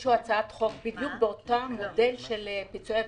הגישו הצעת חוק בדיוק באותו מודל של פיצויי ורסאי.